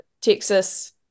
Texas